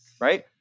right